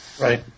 Right